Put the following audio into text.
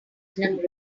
platinum